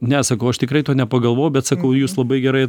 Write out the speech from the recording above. ne sakau aš tikrai to nepagalvojau bet sakau jūs labai gerai